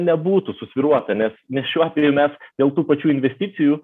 nebūtų susvyruota nes nes šiuo atveju mes dėl tų pačių investicijų